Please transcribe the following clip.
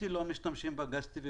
משתמשים בגז טבעי,